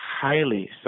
highly